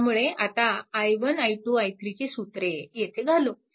त्यामुळे आता i1 i 2 i3 ची सूत्रे येथे घालू